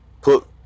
put